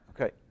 Okay